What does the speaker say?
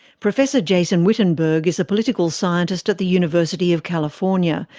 professor jason wittenberg is a political scientist at the university of california.